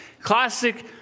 Classic